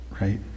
right